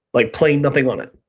like plain nothing on it?